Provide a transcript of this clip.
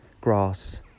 grass